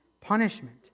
punishment